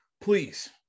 Please